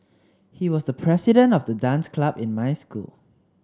he was the president of the dance club in my school